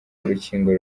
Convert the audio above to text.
urukingo